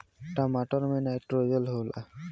टमाटर मे नाइट्रोजन होला?